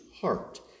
heart